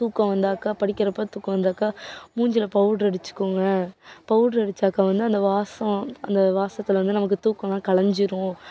தூக்கம் வந்தாக்கா படிக்கிறப்போ தூக்கம் வந்தாக்கா மூஞ்சியில் பவுட்ரு அடித்துக்கோங்க பவுட்ரு அடித்தாக்கா வந்து அந்த வாசம் அந்த வாசத்தில் வந்து நமக்கு தூக்கலாம் கலைஞ்சிரும்